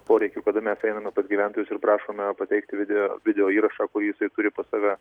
poreikiu kada mes einame pas gyventojus ir prašome pateikti video videoįrašą kur jisai turi pas save